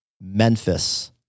Memphis